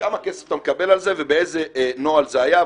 כמה כסף אתה מקבל על זה ובאיזה נוהל זה היה.